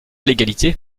l’égalité